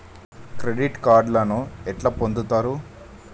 Credit కార్డులను ఎట్లా పొందుతరు?